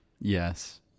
Yes